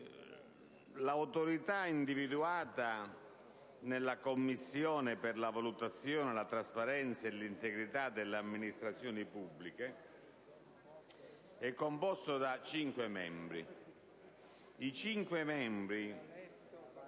L'autorità, individuata nella Commissione per la valutazione, la trasparenza e l'integrità delle amministrazioni pubbliche, è composta da cinque membri